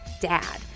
dad